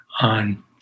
on